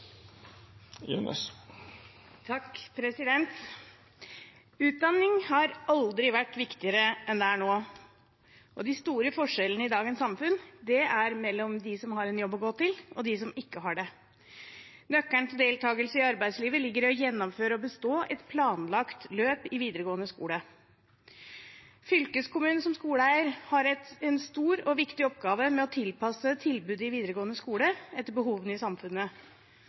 Utdanning har aldri vært viktigere enn det er nå. De store forskjellene i dagens samfunn er mellom dem som har en jobb å gå til, og dem som ikke har det. Nøkkelen til deltakelse i arbeidslivet ligger i å gjennomføre og bestå et planlagt løp i videregående skole. Fylkeskommunen som skoleeier har en stor og viktig oppgave med å tilpasse tilbudet i videregående skole til behovene i samfunnet.